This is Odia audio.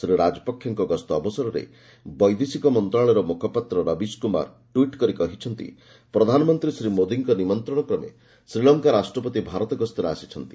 ଶ୍ରୀ ରାଜପକ୍ଷେଙ୍କ ଗସ୍ତ ଅବସରରେ ବୈଦେଶିକ ମନ୍ତ୍ରଣାଳୟର ମ୍ରଖପାତ୍ର ରବୀଶ୍ କ୍ରମାର ଟ୍ୱିଟ୍ କରି କହିଛନ୍ତି ପ୍ରଧାନମନ୍ତ୍ରୀ ଶ୍ରୀ ମୋଦିଙ୍କ ନିମନ୍ତ୍ରଣକ୍ରମେ ଶ୍ରୀଲଙ୍କା ରାଷ୍ଟ୍ରପତି ଭାରତ ଗସ୍ତରେ ଆସିଛନ୍ତି